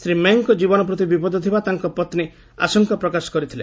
ଶ୍ରୀ ମେଙ୍ଗଙ୍କ ଜୀବନ ପ୍ରତି ବିପଦ ଥିବା ତାଙ୍କ ପତ୍ନୀ ଆଶଙ୍କା ପ୍ରକାଶ କରିଥିଲେ